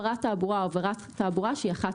הפרת תעבורה או עבירת תעבורה שהיא אחת